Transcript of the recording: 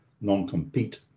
non-compete